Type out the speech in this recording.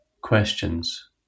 questions